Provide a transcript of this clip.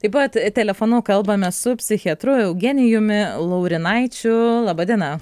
taip pat telefonu kalbame su psichiatru eugenijumi laurinaičiu laba diena